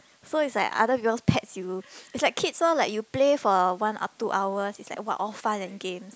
so it's like other girl's pets you it's like kids lor like you play for one or two hour !wah! it's like all fun and games